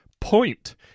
Point